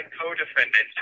co-defendants